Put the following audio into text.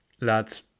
lads